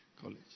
College